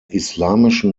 islamischen